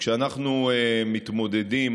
וכשאנחנו מתמודדים